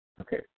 Okay